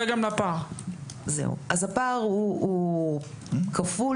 הפער הוא כפול,